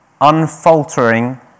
unfaltering